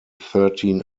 thirteen